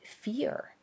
fear